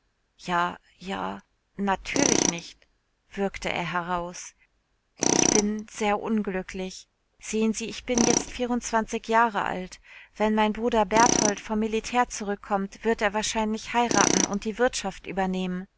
ja ja natürlich nicht würgte er heraus ich bin sehr unglücklich sehen sie ich bin jetzt vierundzwanzig jahre alt wenn mein bruder berthold vom militär zurückkommt wird er wahrscheinlich heiraten und die wirtschaft übernehmen